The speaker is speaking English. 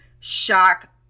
shock